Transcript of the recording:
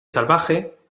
salvaje